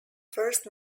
first